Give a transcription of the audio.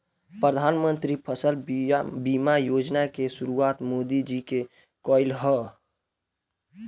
प्रधानमंत्री फसल बीमा योजना के शुरुआत मोदी जी के कईल ह